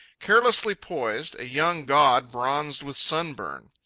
carelessly poised, a young god bronzed with sunburn.